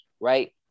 right